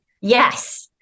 Yes